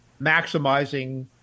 maximizing